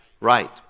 right